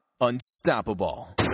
unstoppable